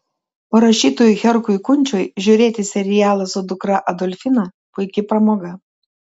o rašytojui herkui kunčiui žiūrėti serialą su dukra adolfina puiki pramoga